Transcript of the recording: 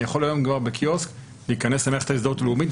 אני יכול כבר היום בקיוסק להיכנס למערכת ההזדהות הלאומית,